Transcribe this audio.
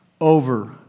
over